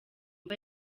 mva